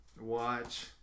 Watch